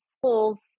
schools